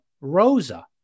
rosa